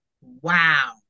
Wow